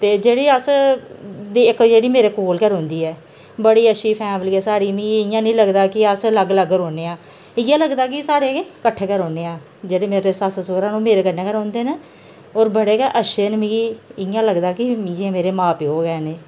ते जेह्ड़े अस इक जेह्ड़ी मेरे कोल गै रौंह्दी ऐ बड़ी अच्छी फैमली ऐ साढ़ी मी इ'यां निं लगदा के अस अलग अलग रौह्न्ने आं इ'यै लगदा कि सारे कट्ठे गै रौह्न्ने आं जेह्ड़े मेरे सस्स सौह्रा न ओह् मेरे कन्नै गै रौंह्दे न होर बड़े गै अच्छे न मिगी इ'यां लगदा कि मिगी मेरे मां प्यो गै न एह्